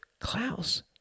Klaus